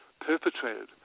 perpetrated